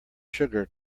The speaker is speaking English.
sugar